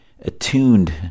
attuned